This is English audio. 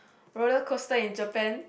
roller coster in Japan